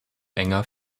enger